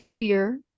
fear